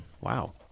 Wow